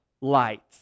light